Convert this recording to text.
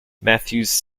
matthews